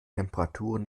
temperaturen